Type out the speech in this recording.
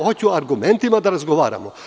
Hoću argumentima da razgovaramo.